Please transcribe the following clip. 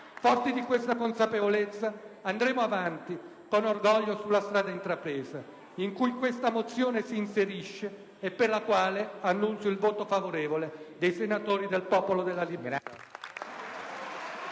Forti di questa consapevolezza, andremo avanti con orgoglio sulla strada intrapresa in cui si inserisce la mozione n. 55, per la quale annuncio il voto favorevole dei senatori del Popolo della Libertà.